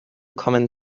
kommen